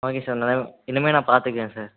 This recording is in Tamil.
ஓகே சார் இனிமே நான் பார்த்துக்குறேன் சார்